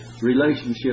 relationship